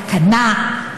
תקנה,